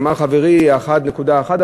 אמר חברי 1.1%,